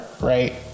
right